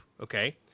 Okay